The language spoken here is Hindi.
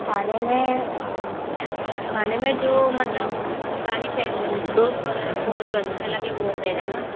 खाने में खाने में जो मतलब सारी दोस्त वगेरा को जो अच्छा लगे वो सही रहेगा